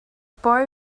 boy